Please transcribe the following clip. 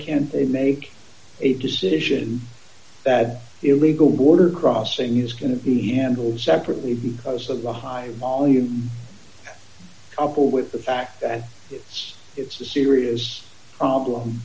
and they make a decision that illegal border crossing is going to be handled separately because of the high volume coupled with the fact that if it's a serious problem